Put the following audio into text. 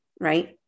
Right